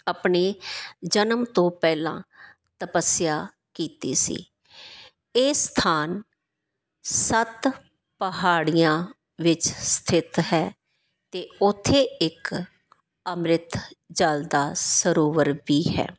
ਆਪਣੇ ਜਨਮ ਤੋਂ ਪਹਿਲਾਂ ਤਪੱਸਿਆ ਕੀਤੀ ਸੀ ਇਹ ਸਥਾਨ ਸੱਤ ਪਹਾੜੀਆਂ ਵਿੱਚ ਸਥਿਤ ਹੈ ਅਤੇ ਉੱਥੇ ਇੱਕ ਅੰਮ੍ਰਿਤ ਜਲ ਦਾ ਸਰੋਵਰ ਵੀ ਹੈ